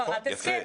הפרת הסכם.